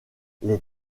les